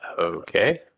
okay